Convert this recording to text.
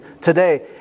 today